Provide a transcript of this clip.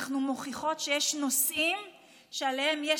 אנחנו מוכיחות שיש נושאים שעליהם יש